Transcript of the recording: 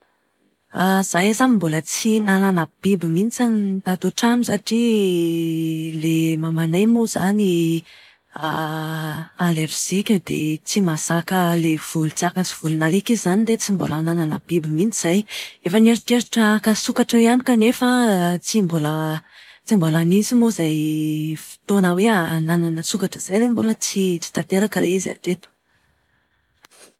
izahay izany mbola tsy nanana biby mihitsiny tato an-trano satria ilay mamanay moa izany alerzika dia tsy mahazaka ilay volon-tsaka sy volon'alika izy izany dia tsy mbola nanana biby mihitsy izahay. Efa nieritreritra haka sokatra ihany kanefa tsy mbola tsy mbola nisy moa izay fotoana hoe hananana sokatra izay dia mbola tsy tanteraka ilay izy hatreto.